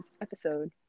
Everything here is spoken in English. episode